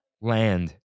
land